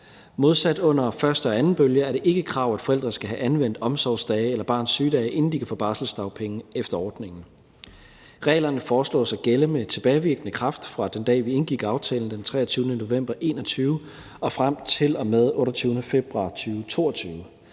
Modsat under første og anden bølge er det ikke et krav, at forældre skal have anvendt omsorgsdage eller barnets sygedage, før de kan få barselsdagpenge efter ordningen. Reglerne foreslås at gælde med tilbagevirkende kraft fra den dag, vi indgik aftalen, den 23. november 2021, og frem til og med den 28. februar 2022.